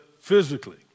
physically